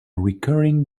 recurring